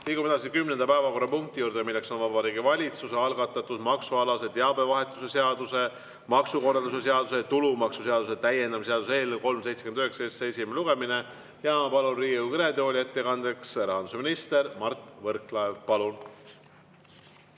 Liigume edasi 10. päevakorrapunkti juurde, milleks on Vabariigi Valitsuse algatatud maksualase teabevahetuse seaduse, maksukorralduse seaduse ja tulumaksuseaduse täiendamise seaduse eelnõu 379 esimene lugemine. Ma palun Riigikogu kõnetooli ettekandeks rahandusminister Mart Võrklaeva. Palun!